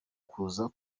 kuza